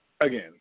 Again